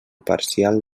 parcial